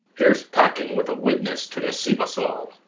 here s packing, with a witness, to deceive us all!